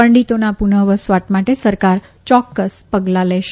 પંડીતોના પુનર્વસવાટ માટે સરકાર ચોક્કસ પગલાં લેશે